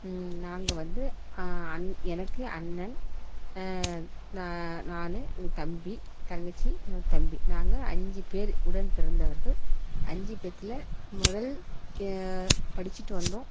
நாங்கள் வந்து எனக்கு அண்ணன் நான் நான் எங்கள் தம்பி தங்கச்சி இன்னொரு தம்பி நாங்கள் அஞ்சு பேர் உடன் பிறந்தவர்கள் அஞ்சு பேத்துல முதல் படிச்சிவிட்டு வந்தோம்